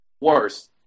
Worse